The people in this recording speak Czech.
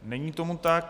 Není tomu tak.